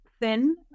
thin